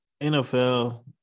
NFL